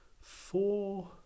four